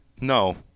No